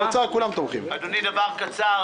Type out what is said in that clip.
אדוני, דבר קצר.